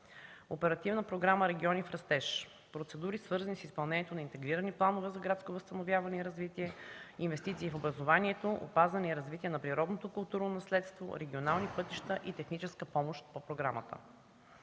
Оперативна програма „Региони в растеж” – процедури, свързани с изпълнението на интегрирани планове за градско възстановяване и развитие, инвестиции в образованието, опазване и развитие на природното и културно наследство, регионални пътища и техническа помощ по програмата;